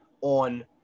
on